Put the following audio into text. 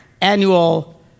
annual